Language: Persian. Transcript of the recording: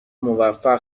موفق